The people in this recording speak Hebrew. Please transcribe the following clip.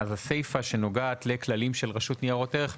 הסייפה שנוגעת לכללים של רשות ניירות ערך,